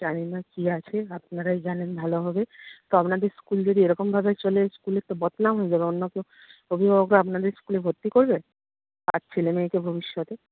জানি না কী আছে আপনারাই জানেন ভালোভাবে তো আপনাদের স্কুল যদি এরকমভাবে চলে স্কুলের তো বদনাম হয়ে যাবে অন্য কেউ অভিভাবকরা আপনাদের স্কুলে ভর্তি করবে তার ছেলেমেয়েকে ভবিষ্যতে